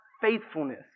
faithfulness